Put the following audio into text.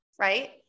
Right